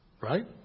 Right